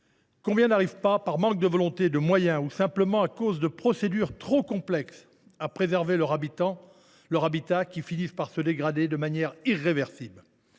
concitoyens n’arrivent pas, par manque de volonté et de moyens, ou simplement à cause de procédures trop complexes, à préserver leurs habitats, qui finissent par se dégrader de manière irréversible ?